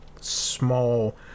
small